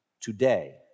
today